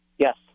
Yes